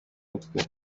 mutwe